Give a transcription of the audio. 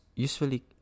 usually